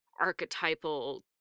archetypal